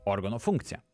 organų funkciją